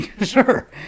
Sure